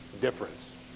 difference